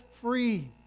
free